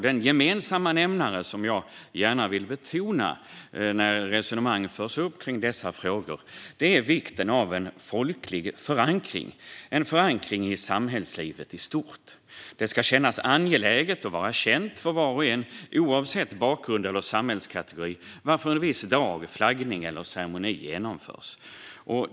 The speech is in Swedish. Den gemensamma nämnare som jag gärna vill betona när resonemang kring dessa frågor förs fram är vikten av en folklig förankring i samhällslivet i stort. Det ska kännas angeläget och vara känt för var och en, oavsett bakgrund eller samhällskategori, varför en viss dag, flaggning eller ceremoni genomförs.